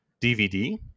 DVD